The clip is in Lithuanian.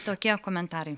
tokie komentarai